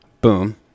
Boom